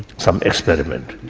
some experiments.